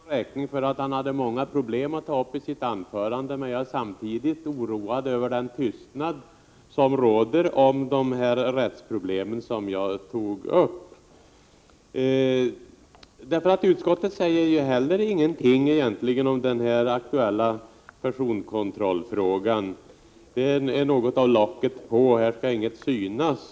Herr talman! Jag skall gärna hålla Olle Svensson räkning för att han hade många problem att ta upp i sitt anförande, men jag är samtidigt oroad över den tystnad som råder om de rättsproblem som jag berörde. Utskottet säger nämligen inte heller någonting om den här aktuella personkontrollsfrågan. Det är något av ”locket på” — här skall inget synas.